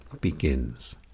begins